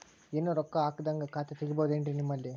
ಏನು ರೊಕ್ಕ ಹಾಕದ್ಹಂಗ ಖಾತೆ ತೆಗೇಬಹುದೇನ್ರಿ ನಿಮ್ಮಲ್ಲಿ?